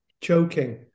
choking